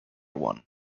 one